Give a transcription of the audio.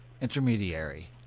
intermediary